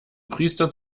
priester